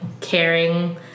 caring